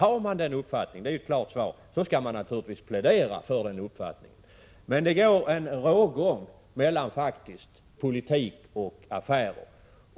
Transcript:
Är man emot löntagarfonderna — det blir ett klart svar — skall man givetvis plädera för den uppfattningen. Det går en rågång mellan politik och affärer.